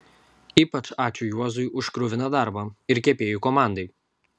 ypač ačiū juozui už kruviną darbą ir kepėjų komandai